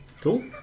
Cool